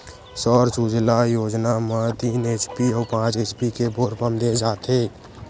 सौर सूजला योजना म तीन एच.पी अउ पाँच एच.पी के बोर पंप दे जाथेय